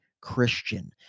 Christian